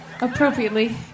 appropriately